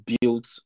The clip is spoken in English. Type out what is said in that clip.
built